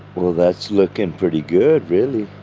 well, that's looking pretty good, really.